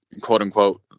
quote-unquote